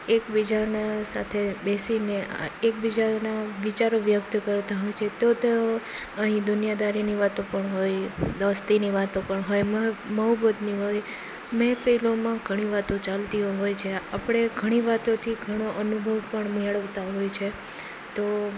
એકબીજાના સાથે બેસીને એકબીજાના વિચારો વ્યક્ત કરતા હોય છે તો તો અહીં દુનિયાદારીની વાતો પણ હોઈ દોસ્તીની વાતો પણ હો મોહબ્બતની વાતો પણ હોઈ ને ફિલ્મોમાં ઘણી વાતો ચાલતી હોય છે આપણે ઘણી વાતોથી ઘણો અનુભવ પણ મેળવતા હોય છે તો